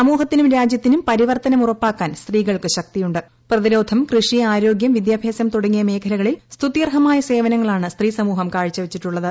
സമൂഹത്തിനും രാജ്യത്തിനും പരിവർത്തനം ഉറപ്പാക്കാൻ സ്ത്രീകൾക്ക് ശക്തിയു പ്രതിരോധംകൃഷിആരോഗ്യം വിദ്യാഭ്യാസം തുടങ്ങിയ മേഖലകളിൽ സ്തുതൃഹർമായ സേവനങ്ങളാണ് സ്ത്രീസമൂഹം കാഴ്ചവെച്ചിട്ടുള്ളത്